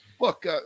Look